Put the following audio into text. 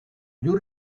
you